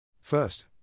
First